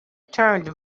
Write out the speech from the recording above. turned